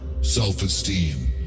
self-esteem